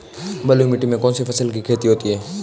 बलुई मिट्टी में कौनसी फसल की खेती होती है?